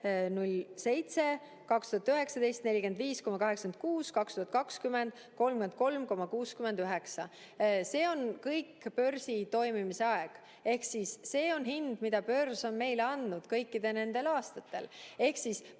47.07; 2019 – 45.86; 2020 – 33.69. See on kogu börsi toimimise ajal, see on hind, mida börs on meile andnud kõikidel nendel aastatel.